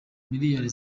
miliyari